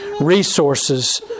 resources